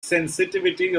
sensitivity